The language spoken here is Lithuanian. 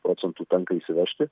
procentų tenka įsivežti